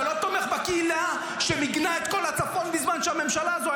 אתה לא תומך בקהילה שמיגנה את כל הצפון בזמן שהממשלה הזו,